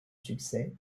succès